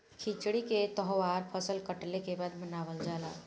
खिचड़ी के तौहार फसल कटले के बाद मनावल जाला